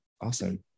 awesome